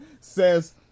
says